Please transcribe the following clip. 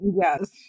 Yes